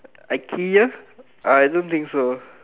IKEA uh I don't think so